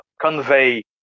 convey